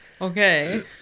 Okay